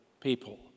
people